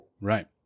Right